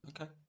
Okay